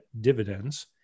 dividends